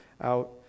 out